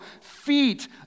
feet